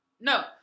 No